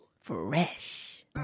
Fresh